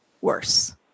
worse